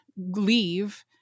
leave